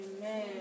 Amen